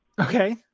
Okay